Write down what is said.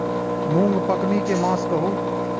मूँग पकनी के मास कहू?